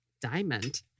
diamond